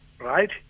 right